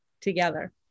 together